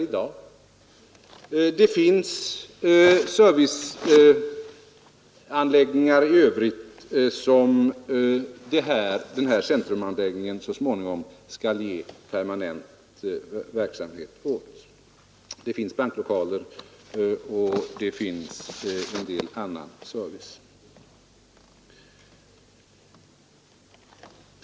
I övrigt finns det serviceanläggningar som centrumbyggnaderna så småningom skall göra permanenta, t.ex. banklokaler och en del annan service.